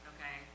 Okay